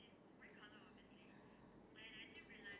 oh okay okay okay I remember I remember